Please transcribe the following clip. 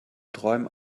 träumen